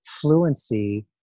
fluency